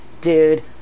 dude